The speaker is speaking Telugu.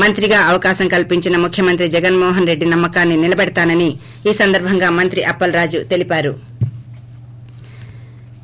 మంత్రిగా అవకాశం కల్సించిన ముఖ్యమంత్రి జగన్మోహన్రెడ్డి నమ్మకాన్ని నిలబెడతానని ఈ సందర్బంగా మంత్రి అప్పలరాజు తెలిపారు